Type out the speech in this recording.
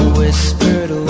whispered